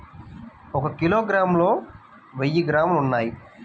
ఒక కిలోగ్రామ్ లో వెయ్యి గ్రాములు ఉన్నాయి